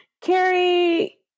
Carrie